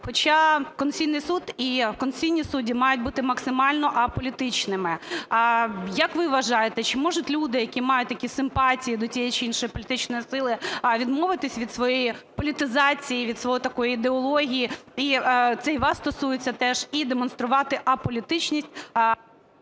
хоча Конституційний Суд і конституційні судді мають бути максимально аполітичними. Як ви вважаєте, чи можуть люди, які мають такі симпатії до тієї чи іншої політичної сили, відмовитись від своєї політизації і від своєї такої ідеології, це і вас стосується теж, і демонструвати аполітичність?